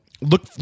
look